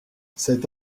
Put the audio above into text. cet